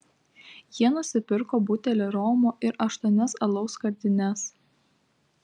jie nusipirko butelį romo ir aštuonias alaus skardines